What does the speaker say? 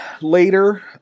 later